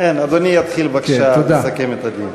אדוני יתחיל בבקשה לסכם את הדיון.